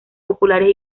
populares